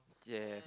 ya